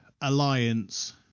Alliance